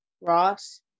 Ross